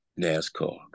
NASCAR